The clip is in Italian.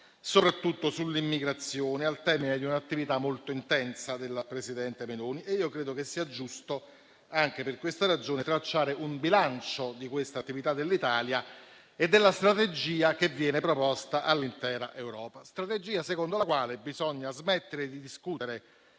soprattutto sull'immigrazione, al termine di un'attività molto intensa della presidente Meloni. Credo che sia giusto, anche per questa ragione, tracciare un bilancio di questa attività dell'Italia e della strategia che viene proposta all'intera Europa. Una strategia secondo la quale bisogna smettere di discutere